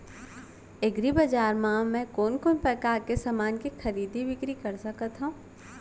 एग्रीबजार मा मैं कोन कोन परकार के समान के खरीदी बिक्री कर सकत हव?